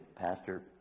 Pastor